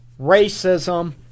racism